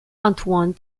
antoine